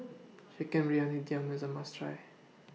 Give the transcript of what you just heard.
Chicken Briyani Dum IS A must Try